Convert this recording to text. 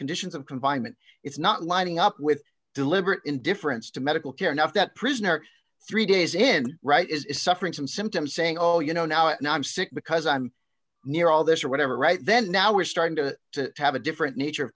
conditions of confinement it's not lining up with deliberate indifference to medical care enough that prisoners three days in right is suffering from symptoms saying oh you know now i'm sick because i'm near all this or whatever right then and now we're starting to have a different nature